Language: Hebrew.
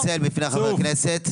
מר קידר, תתנצל בפני חבר הכנסת.